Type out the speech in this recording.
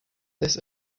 this